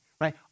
Right